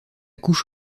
couche